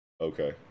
Okay